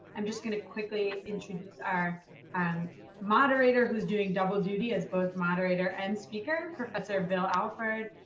i'm just going to quickly introduce our um moderator, who's doing double duty as both moderator and speaker professor bill alford,